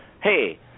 hey